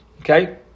Okay